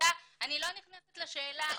לשאלה